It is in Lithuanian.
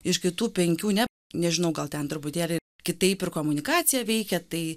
iš kitų penkių net nežinau gal ten truputėlį kitaip ir komunikacija veikia tai